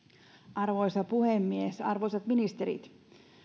arvoisa puhemies arvoisat ministerit